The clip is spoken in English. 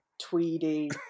Tweedy